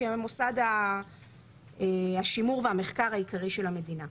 כמוסד השימור והמחקר העיקרי של המדינה.